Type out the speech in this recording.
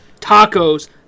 Tacos